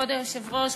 כבוד היושב-ראש,